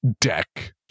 deck